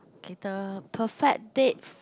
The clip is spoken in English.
okay the perfect date